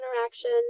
interaction